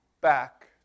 back